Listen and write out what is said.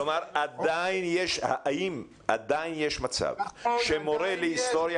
האם עדיין יש מצב שמורה להיסטוריה